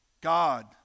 God